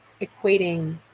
equating